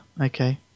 okay